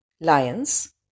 lions